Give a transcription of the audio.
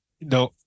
No